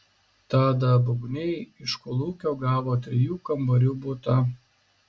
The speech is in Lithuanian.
tada bubniai iš kolūkio gavo trijų kambarių butą